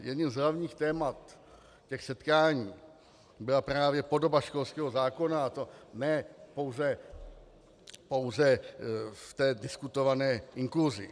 Jedním z hlavních témat setkání byla právě podoba školského zákona, a to ne pouze v té diskutované inkluzi.